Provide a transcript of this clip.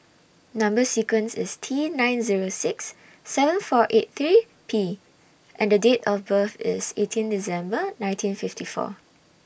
Number sequence IS T nine Zero six seven four eight three P and Date of birth IS eighteen December nineteen fifty four